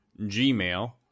Gmail